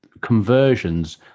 conversions